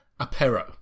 Apero